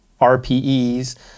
RPEs